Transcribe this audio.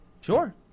Sure